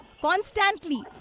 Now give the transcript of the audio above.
constantly